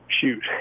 shoot